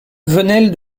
venelle